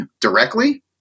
directly